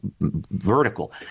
vertical